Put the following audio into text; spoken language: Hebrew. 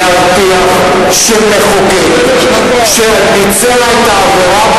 להבטיח שמחוקק שביצע את העבירה,